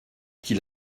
qu’il